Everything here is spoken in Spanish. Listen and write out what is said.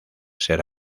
ser